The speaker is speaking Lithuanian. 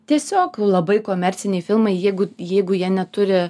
tiesiog labai komerciniai filmai jeigu jeigu jie neturi